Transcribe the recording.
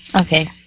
Okay